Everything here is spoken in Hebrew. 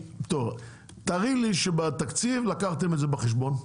תראי לי שבתקציב לקחתם את זה בחשבון,